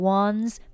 one's